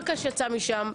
אורית פרקש יצאה משם,